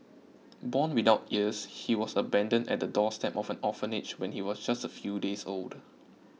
born without ears he was abandoned at the doorstep of an orphanage when he was just a few days old